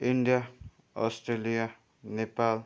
India Australia Nepal